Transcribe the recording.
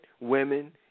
women